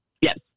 Yes